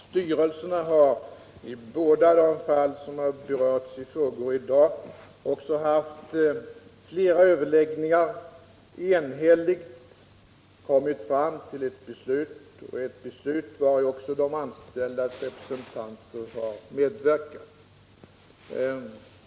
Styrelsen har i båda de fall som berörs i frågor i dag också haft flera överläggningar och enhälligt kommit fram till beslut — beslut vari också de anställdas representanter har medverkat.